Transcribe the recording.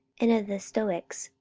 and of the stoicks,